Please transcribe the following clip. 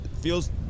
feels